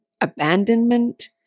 abandonment